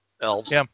Elves